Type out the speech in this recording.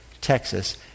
Texas